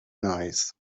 nice